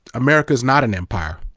america's not an empire.